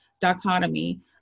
dichotomy